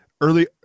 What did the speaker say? early